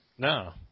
No